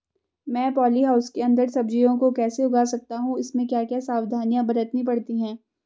मैं poly house के अन्दर सब्जियों को कैसे उगा सकता हूँ इसमें क्या क्या सावधानियाँ बरतनी पड़ती है?